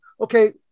okay